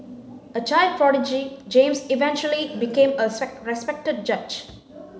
a child prodigy James eventually became a respected judge